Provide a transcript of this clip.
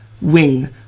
wing